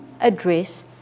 address